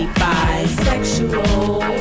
bisexual